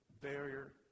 barrier